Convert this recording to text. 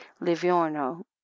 Livorno